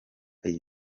iyi